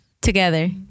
Together